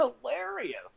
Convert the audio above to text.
hilarious